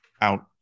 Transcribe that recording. out